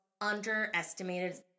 underestimated